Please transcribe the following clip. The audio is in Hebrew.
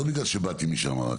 לא בגלל שבאתי משם רק.